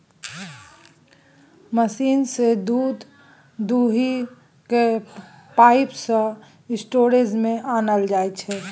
machine सँ दुध दुहि कए पाइप सँ स्टोरेज मे आनल जाइ छै